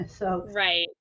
Right